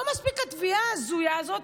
לא מספיקה התביעה ההזויה הזאת,